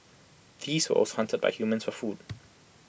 these also hunted by humans for food